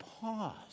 pause